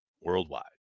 worldwide